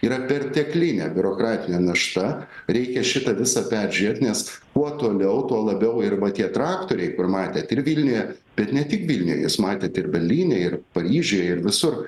yra perteklinė biurokratinė našta reikia šitą visą peržiūrėt nes kuo toliau tuo labiau ir va tie traktoriai kur matėt ir vilniuje bet ne tik vilniuje juos matėt ir berlyne ir paryžiuje ir visur